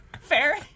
Fair